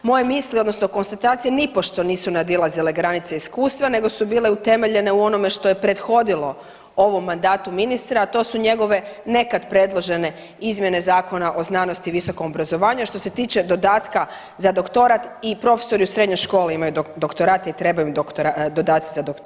Moje misli odnosno konstatacije nipošto nisu nadilazile granice iskustva nego su bile utemeljene u onome što je prethodilo ovom mandatu ministra, a to su njegove nekad predložene izmjene Zakona o znanosti i visokom obrazovanju, a što se tiče dodatka za doktorat, i profesori u srednjoj školi imaju doktorat i trebaju im dodaci za doktorat.